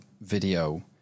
video